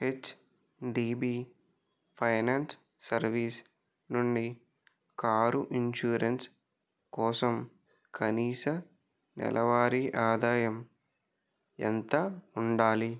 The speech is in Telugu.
హెచ్డిబి ఫైనాన్స్ సర్వీస్ నుండి కారు ఇన్షూరెన్స్ కోసం కనీస నెలవారి ఆదాయం ఎంత ఉండాలి